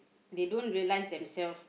they don't realise themselves